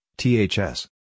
THS